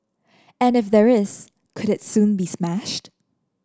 and if there is could it soon be smashed